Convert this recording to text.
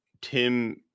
Tim